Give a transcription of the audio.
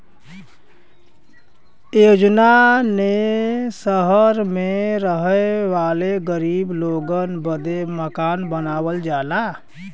योजना ने सहर मे रहे वाले गरीब लोगन बदे मकान बनावल जाला